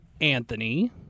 Anthony